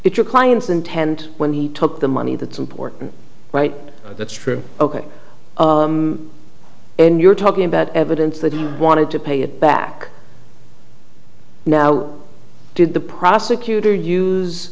it your client's intent when he took the money that's important right that's true ok and you're talking about evidence that he wanted to pay it back now did the prosecutor use